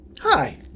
Hi